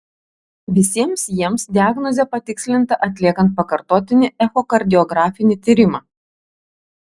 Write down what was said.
visiems jiems diagnozė patikslinta atliekant pakartotinį echokardiografinį tyrimą